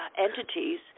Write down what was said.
entities